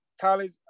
college